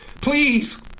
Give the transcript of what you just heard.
Please